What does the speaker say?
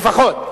לפחות.